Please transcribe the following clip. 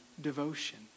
devotion